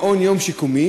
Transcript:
אדוני היושב-ראש,